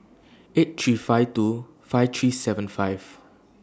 eight three five two five three seven five